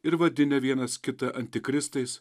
ir vadinę vienas kitą antikristais